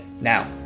Now